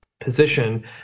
position